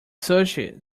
sushi